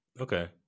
Okay